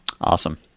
Awesome